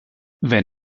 wenn